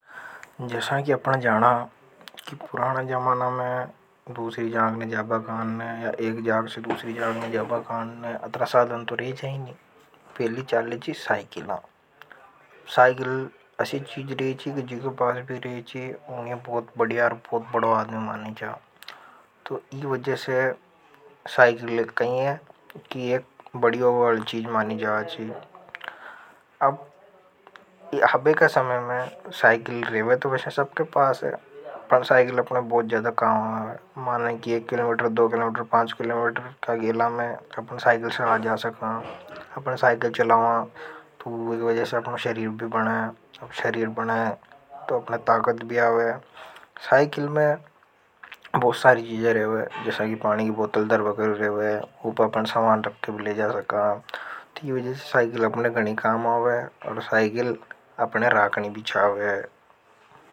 जैसा कि अपना जाना कि पुराना जमाना में दूसरी जांग ने जाबा खानने या एक जांग से दूसरी जांग ने जाबा खानने अत्रसादन तो रही चाहिए नहीं। पहली चाले ची साइकिलां। साइकिल असी चीज रही थी कि जी के पास भी रही थी उन्हें बहुत बड़ीया है और बहुत बड़ों आदमी मानइयो जा। तो इस वजह से साइकिल एक कही है कि एक बड़ी ओवरल चीज मानी जा ची अब हबे का समय में साइकिल रहे। सबके पास है पर साइकिल अपने बहुत ज्यादा काम है माना है कि एक किलोमेटर दो किलोमेटर पांच किलोमेटर का। गेला में अपने साइकिल से आ जा सका अपने साइकिल चला हुआ तो वही के वजह से अपने शरीर भी बना है अब शरीर बना है तो अपने। ताकत भी आवे साइकिल में बहुत सारी चीजें रेवे जैसा कि पानी की बोतल दरबा को रेवे उपर अपने समाान। रखते भी ले जा सकाी वजह साइकिल अपने गणी काम आवे और साइकिल अपने राकणी बीचावे।